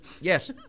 Yes